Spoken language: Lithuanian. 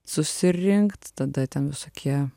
susirinkt tada ten visokie